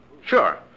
Sure